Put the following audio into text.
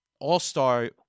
all-star